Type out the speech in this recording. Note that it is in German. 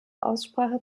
aussprache